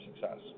success